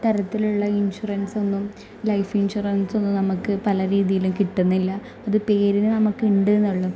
തരത്തിലുള്ള ഇൻഷുറൻസൊന്നും ലൈഫ് ഇൻഷുറൻസൊന്നും നമുക്ക് പല രീതിയിൽ കിട്ടുന്നില്ല അത് പേരിന് നമുക്ക് ഉണ്ടെന്നുള്ള